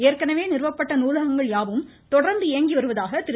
ஏற்கனவே நிறுவப்பட்ட நூலகங்கள் யாவும் தொடர்ந்து இயங்கிவருவதாக திரு